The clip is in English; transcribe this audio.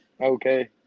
Okay